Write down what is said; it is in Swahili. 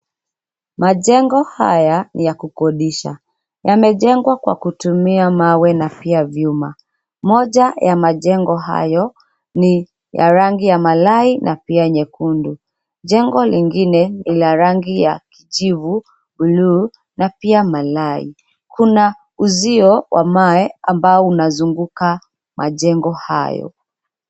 Majengo haya ni ya kukodisha. Yamejengwa kwa kutumia mawe na pia vyuma. Moja ya majengo hayo ni ya rangi ya malai na pia nyekundu. Jengo lingine ni la rangi ya kijivu, bluu na pia malai. Kuna uzio wa mawe ambao unazunguka majengo hayo.